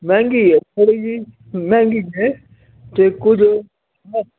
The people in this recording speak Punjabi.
ਮਹਿੰਗੀ ਹੈ ਥੋੜ੍ਹੀ ਜੀ ਮਹਿੰਗੀ ਹੈ ਅਤੇ ਕੁਝ